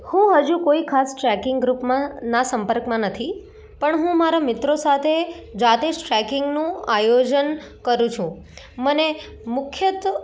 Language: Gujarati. હું હજુ કોઈ ખાસ ટ્રેકિંગ ગ્રુપમાં ના સંપર્કમાં નથી પણ હું મારા મિત્રો સાથે જાતે જ ટ્રેકિંગનું આયોજન કરું છું મને મુખ્ય તો